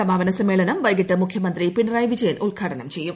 സമാപന സമ്മേളനം വൈകിട്ട് മുഖ്യമന്ത്രി പിണറായി വിജയൻ ഉദ്ഘാടനം ചെയ്യും